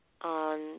on